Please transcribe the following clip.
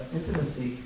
intimacy